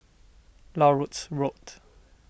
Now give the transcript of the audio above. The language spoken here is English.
Larut Road